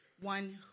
one